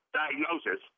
diagnosis